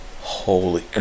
Holy